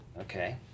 Okay